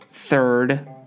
third